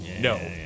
no